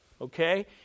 Okay